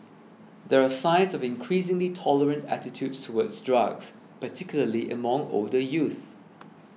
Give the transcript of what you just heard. there are signs of increasingly tolerant attitudes towards drugs particularly among older youth